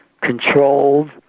controlled